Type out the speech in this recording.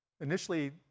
Initially